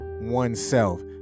oneself